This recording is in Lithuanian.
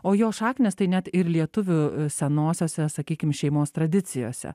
o jo šaknys tai net ir lietuvių senosiose sakykim šeimos tradicijose